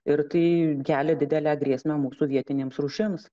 ir tai kelia didelę grėsmę mūsų vietinėms rūšims